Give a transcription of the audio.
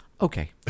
okay